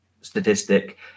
statistic